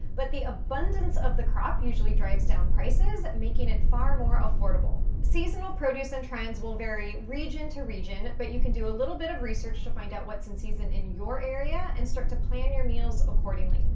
but the abundance of the crop usually drives down prices, making it far more affordable. seasonable produce and trends will vary region to region, but you can do a little bit of research to find out what's in season in your area, and start to plan your meals accordingly.